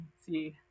see